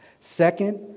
Second